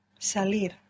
Salir